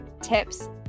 tips